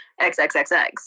XXXX